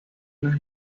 las